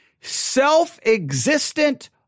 Self-existent